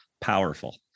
powerful